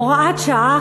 הוראת שעה,